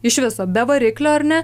iš viso be variklio ar ne